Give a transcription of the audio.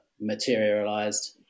materialized